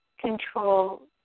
control